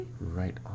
Right